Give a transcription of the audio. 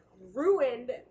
ruined